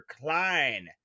Klein